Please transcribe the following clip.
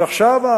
ועכשיו,